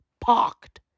parked